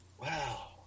Wow